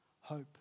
hope